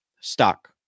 stock